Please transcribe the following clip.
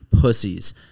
pussies